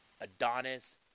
adonis